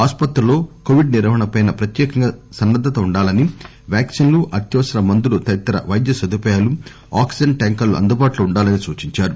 ఆస్పత్రుల్లో కోవిడ్ నిర్వహణపై ప్రత్యేకంగా సన్నద్దత ఉండాలని వ్యాక్సిన్లు అత్యవసర మందులు తదితర వైద్య సదుపాయాలు ఆక్సిజన్ ట్యాంకర్లు అందుబాటులో ఉండాలని సూచించారు